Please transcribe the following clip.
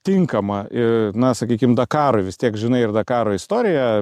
tinkama į na sakykim dakarui vis tiek žinai ir dakaro istoriją